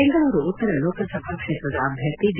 ಬೆಂಗಳೂರು ಉತ್ತರ ಲೋಕಸಭಾ ಕ್ಷೇತ್ರದ ಅಭ್ಯರ್ಥಿ ಡಿ